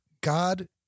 God